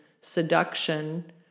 seduction